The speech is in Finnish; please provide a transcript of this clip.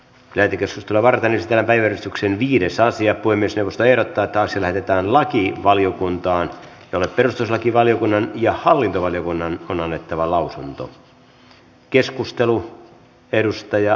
levytys tule varten ja veistoksen viidessä ja voimistelusta ja taataan sille mitään lakiin lakivaliokuntaan jolle perustuslakivaliokunnan ja hallintovaliokunnan on annettava lausunto